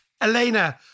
Elena